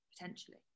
potentially